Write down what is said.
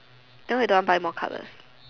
then why you don't want buy more colours